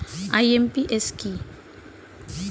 IMPS কি?